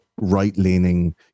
right-leaning